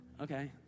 Okay